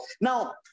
Now